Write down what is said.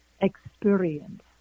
experience